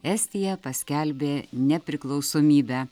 estija paskelbė nepriklausomybę